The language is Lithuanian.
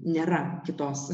nėra kitos